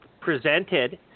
presented